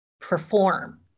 perform